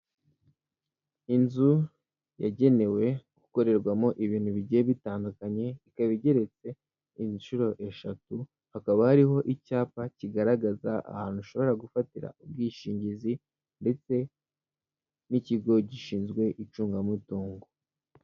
Inzu yagenewe gukorerwamo ibintu bigiye bitandukanye, ikaba igeretse inshuro eshatu, hakaba hariho icyapa kigaragaza ahantu ushobora gufatira ubwishingizi, ndetse n'ikigo gishinzwe icungamutungo.